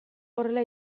horrela